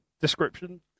description